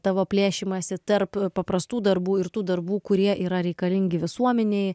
tavo plėšymąsi tarp paprastų darbų ir tų darbų kurie yra reikalingi visuomenei